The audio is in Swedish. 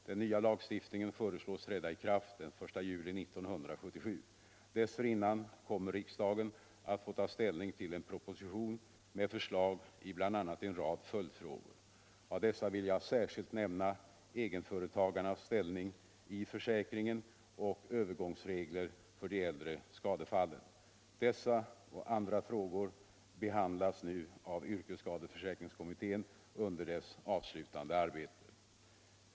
Den nya lagstiftningen föreslås träda i kraft den 1 juli 1977. Dessförinnan kommer riksdagen att få ta ställning till en proposition med förslag i bl.a. en rad följdfrågor. Av dessa vill jag särskilt nämna egenföretagarnas ställning i försäkringen och övergångsregler för de äldre skadefallen. Dessa och andra frågor behandlas nu av yrkesskadeförsäkringskommittén under dess avslutande arbete.